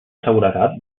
seguretat